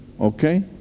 okay